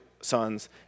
sons